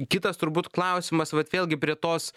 kitas turbūt klausimas vat vėlgi prie tos